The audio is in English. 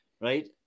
Right